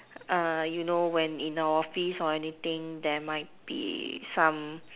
err you know when in the office or anything there might be some